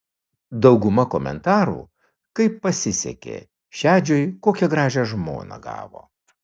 dauguma komentarų kaip pasisekė šedžiui kokią gražią žmoną gavo